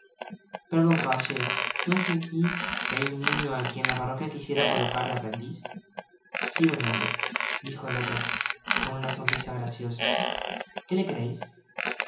perdon caballero no es aqui que hay un niño á quien la parroquia quisiera colocar de aprendiz si buen hombre dijo el otro con una sonrisa graciosa que le quereis